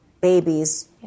babies